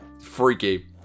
freaky